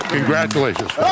Congratulations